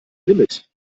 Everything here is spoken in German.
limit